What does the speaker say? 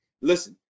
Listen